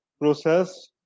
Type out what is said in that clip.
process